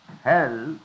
Hell